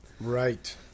Right